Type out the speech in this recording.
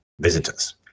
visitors